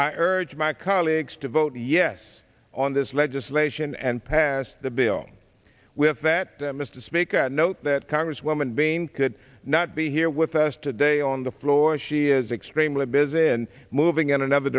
i urge my colleagues to vote yes on this legislation and pass the bill with that mr speaker note that congresswoman being could not be here with us today on the floor she is extremely busy and moving in another